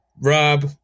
Rob